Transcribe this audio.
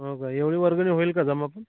हो का एवढी वर्गणी होईल का जमा पण